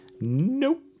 Nope